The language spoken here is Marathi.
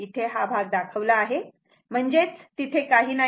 इथे हा भाग दाखवला आहे म्हणजेच तिथे काही नाही